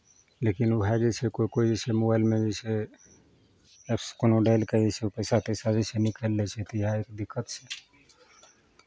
लेकिन उएह जे छै कोइ कोइ जे छै मोबाइलमे जे छै एप्स कोनो डालि कऽ जे छै पैसा तैसा जे छै निकालि लै छै तऽ इएह एक दिक्कत छै